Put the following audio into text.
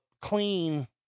clean